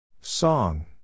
Song